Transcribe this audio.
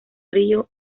río